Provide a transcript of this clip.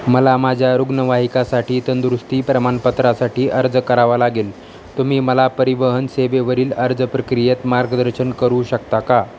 मला माझ्या रुग्णवाहिकेसाठी तंदुरुस्ती प्रमाणपत्रासाठी अर्ज करावा लागेल तुम्ही मला परिवहन सेवेवरील अर्ज प्रक्रियेत मार्गदर्शन करू शकता का